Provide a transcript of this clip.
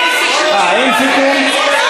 אין סיכום.